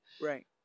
Right